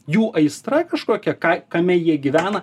jų aistra kažkokia ką kame jie gyvena